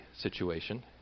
situation